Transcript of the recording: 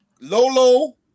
Lolo